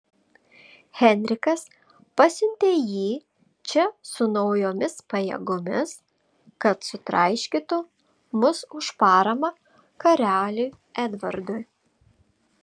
henrikas pasiuntė jį čia su naujomis pajėgomis kad sutraiškytų mus už paramą karaliui edvardui